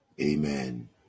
Amen